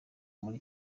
muri